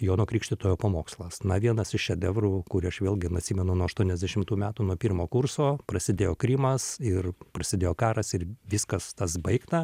jono krikštytojo pamokslas na vienas iš šedevrų kur aš vėlgi atsimenu nuo aštuoniasdešimtų metų nuo pirmo kurso prasidėjo krymas ir prasidėjo karas ir viskas tas baigta